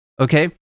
Okay